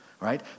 Right